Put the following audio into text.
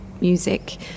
music